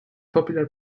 popular